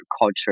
culture